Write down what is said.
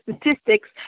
statistics